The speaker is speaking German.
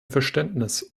verständnis